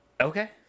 Okay